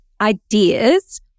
ideas